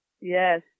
Yes